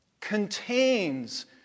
Contains